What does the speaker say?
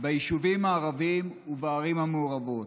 ביישובים הערביים ובערים המעורבות.